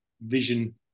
vision